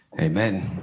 Amen